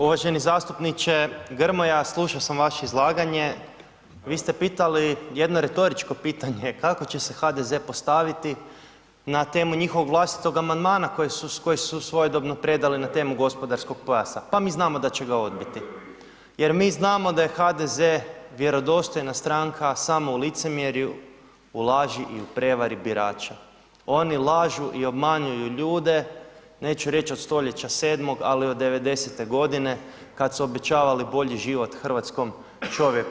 Uvaženi zastupniče Grmoja, slušao sam vaše izlaganje, vi ste pitali jedno retoričko pitanje, kako će se HDZ postaviti na temu njihovog vlastitog amandmana koji su svojedobno predali na temu gospodarskog pojasa, pa mi znamo da će ga odbiti jer mi znamo da je HDZ vjerodostojna stranka samo u licemjerju, u laži i u prevari birača, oni lažu i obmanjuju ljude, neću reć od stoljeća sedmog, al od 90.g. kad su obećavali bolji život hrvatskom čovjeku.